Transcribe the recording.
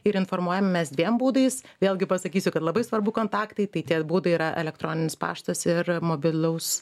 ir informuojam mes dviem būdais vėlgi pasakysiu kad labai svarbu kontaktai tai tie būdai yra elektroninis paštas ir mobilaus